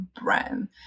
brand